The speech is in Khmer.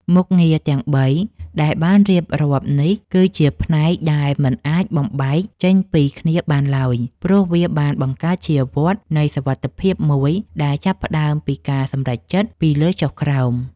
មុខងារទាំងបីដែលបានរៀបរាប់នេះ គឺជាផ្នែកដែលមិនអាចបំបែកចេញពីគ្នាបានឡើយ ព្រោះវាបានបង្កើតជាវដ្តនៃសុវត្ថិភាពមួយដែលចាប់ផ្ដើមពីការសម្រេចចិត្តពីលើចុះក្រោម។